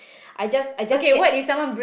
I just I just get